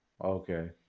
Okay